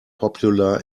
popular